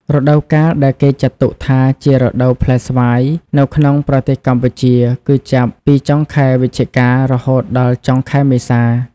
រដូវកាលដែលគេចាត់ទុកថាជា រដូវផ្លែស្វាយ នៅក្នុងប្រទេសកម្ពុជា គឺចាប់ពី ចុងខែវិច្ឆិកា រហូតដល់ចុងខែមេសា។